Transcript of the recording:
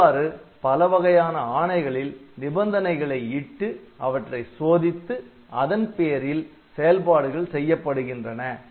இவ்வாறு பலவகையான ஆணைகளில் நிபந்தனைகளை இட்டு அவற்றை சோதித்து அதன்பேரில் செயல்பாடுகள் செய்யப்படுகின்றன